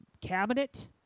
cabinet